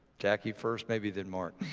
jackie first, maybe, then mark.